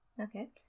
Okay